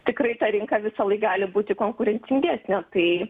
tikrai ta rinka visąlaik gali būti konkurencingesnė tai